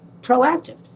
proactive